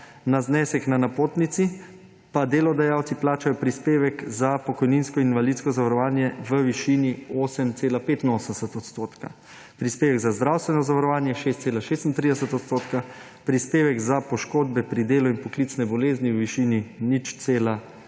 na znesek na napotnici pa delodajalci plačajo prispevek za pokojninsko in invalidsko zavarovanje v višini 8,85 %, prispevek za zdravstveno zavarovanje 6,36 %, prispevek za poškodbe pri delu in poklicne bolezni v višini 0,53